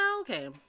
okay